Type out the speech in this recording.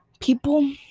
People